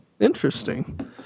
Interesting